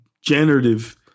generative